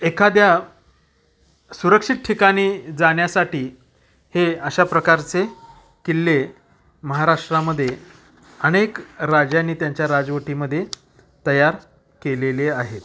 एखाद्या सुरक्षित ठिकाणी जाण्यासाठी हे अशा प्रकारचे किल्ले महाराष्ट्रामध्ये अनेक राजांनी त्यांच्या राजवटीमध्ये तयार केलेले आहेत